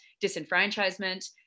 disenfranchisement